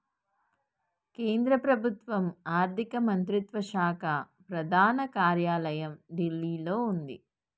కేంద్ర ప్రభుత్వం ఆర్ధిక మంత్రిత్వ శాఖ ప్రధాన కార్యాలయం ఢిల్లీలో వుంది